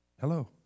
Hello